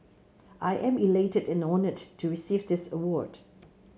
I am elated and honoured to receive this award